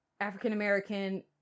African-American